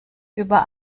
über